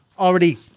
already